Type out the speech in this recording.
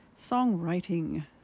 songwriting